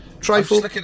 Trifle